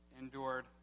endured